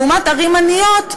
לעומת ערים עניות,